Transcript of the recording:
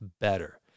better